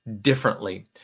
differently